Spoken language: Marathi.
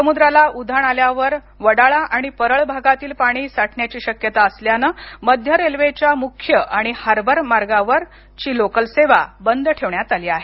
समुद्राला उधाण आल्यावर वडाळा परळ भागातही पाणी साठण्याची शक्यता असल्यानं मध्य रेल्वेच्या मुख्य आणि हार्बर आणि मार्गावरचीलोकल सेवा ही बंद ठेवण्यात आली आहे